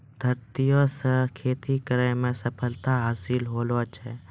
धरतीये से खेती करै मे सफलता हासिल होलो छै